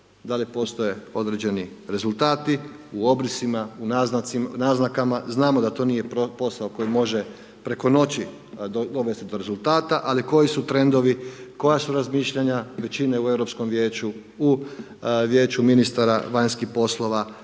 da li postoje određeni rezultati, u obrisima, u naznakama, znamo da to nije posao koji može preko noći dovesti do rezultata, ali koji su trendovi, koja su razmišljanja većine u Europskom vijeću, u Vijeću ministara vanjskih poslova,